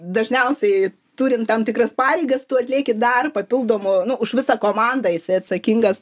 dažniausiai turint tam tikras pareigas tu atlieki dar papildomo nu už visą komandą esi atsakingas